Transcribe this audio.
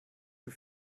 für